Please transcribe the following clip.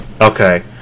Okay